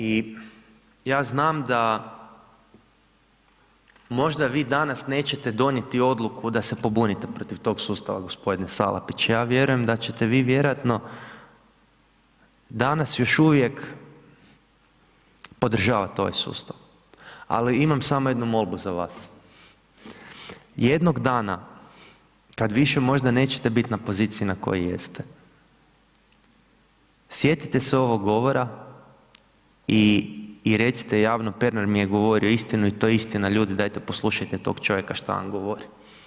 I ja znam da možda vi danas nećete donijeti odluku da se pobunite protiv tog sustava gospodine Salapić, ja vjerujem da ćete vi vjerojatno danas još uvijek podržavat ovaj sustav, ali imam samo jednu molbu za vas, jednog dana kad više možda nećete bit na poziciji na kojoj jeste sjetite se ovog govora i recite javno, Pernar mi je govorio istinu i to je istina ljudi dajte poslušajte tog čovjeka što vam govori.